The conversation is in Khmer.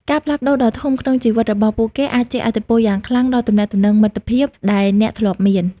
ការផ្លាស់ប្តូរដ៏ធំក្នុងជីវិតរបស់ពួកគេអាចជះឥទ្ធិពលយ៉ាងខ្លាំងដល់ទំនាក់ទំនងមិត្តភាព ដែលអ្នកធ្លាប់មាន។